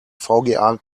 vga